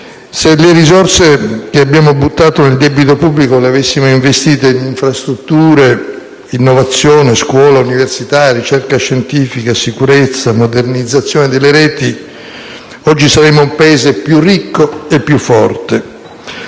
Se le risorse che abbiamo buttato nel debito pubblico le avessimo investite in infrastrutture, innovazione, scuola, università, ricerca scientifica, sicurezza, modernizzazione delle reti, oggi saremmo un Paese più ricco e più forte.